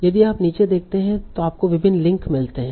यदि आप नीचे देखते हैं तो आपको विभिन्न लिंक मिलते हैं